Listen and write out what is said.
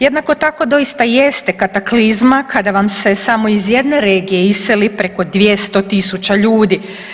Jednako tako, doista jeste kataklizma kada vam se samo iz jedne regije iseli preko 200 tisuća ljudi.